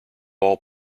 all